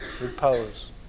Repose